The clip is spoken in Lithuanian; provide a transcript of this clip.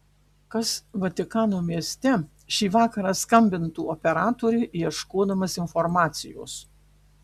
kas vatikano mieste šį vakarą skambintų operatoriui ieškodamas informacijos